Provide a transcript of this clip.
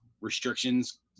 restrictions